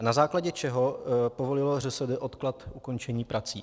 Na základě čeho povolilo ŘSD odklad ukončení prací?